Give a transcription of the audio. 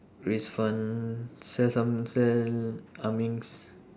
raise fund sell some sell ah ming's